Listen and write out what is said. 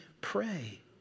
pray